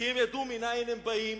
כי הם ידעו מנין הם באים